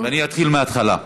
ואני אתחיל מהתחלה.